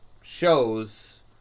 shows